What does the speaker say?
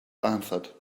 answered